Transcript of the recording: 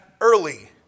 early